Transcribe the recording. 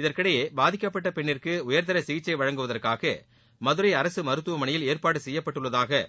இதற்கிடையே பாதிக்கப்பட்ட பெண்ணிற்கு உயர்தர சிகிச்சை வழங்குவதற்காக மதுரை மருத்துவமனையில் ஏற்பாடு செய்யப்பட்டுள்ளதாக